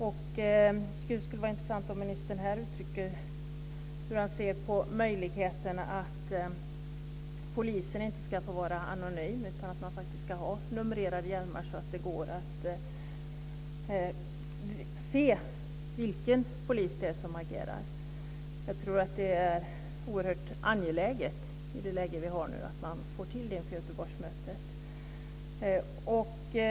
Det skulle vara intressant att höra hur ministern ser på detta att poliser inte ska få vara anonyma utan att de ska ha numrerade hjälmar så att det går att se vilken polis det är som agerar. Jag tycker att det är oerhört angeläget att man inför detta till Göteborgsmötet.